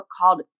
called